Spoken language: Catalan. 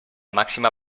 màxima